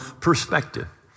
perspective